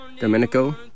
Domenico